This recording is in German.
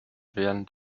während